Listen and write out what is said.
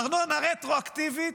ארנונה רטרואקטיבית,